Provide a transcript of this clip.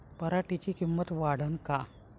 पराटीची किंमत वाढन का?